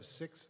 six